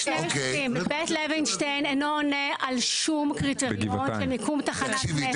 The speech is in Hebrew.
בית לווינשטיין אינו עונה על שום קריטריון למיקום תחנת מטרו.